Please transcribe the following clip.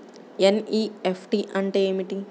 NEFT అంటే ఏమిటి?